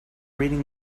reading